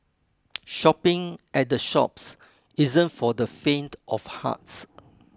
shopping at the shops isn't for the faint of hearts